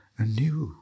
anew